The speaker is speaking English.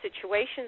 situations